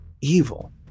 evil